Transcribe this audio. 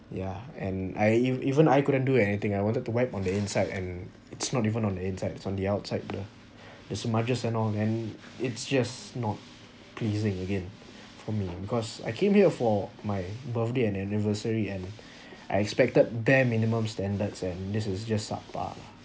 yeah and I even even I couldn't do anything I wanted to wipe on the inside and it's not even on the inside it's on the outside the the smudges and on and it's just not pleasing again for me because I came here for my birthday and anniversary and I expected bare minimum standards and this is just sub par lah